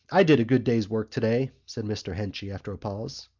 i did a good day's work today, said mr. henchy, after a pause.